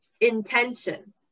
intention